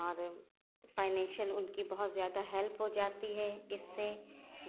اور فائنینشیئل ان کی بہت زیادہ ہیلپ ہو جاتی ہے اس سے